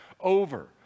over